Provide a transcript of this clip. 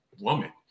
woman